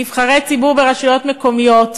נבחרי ציבור ברשויות המקומיות,